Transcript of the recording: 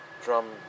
drum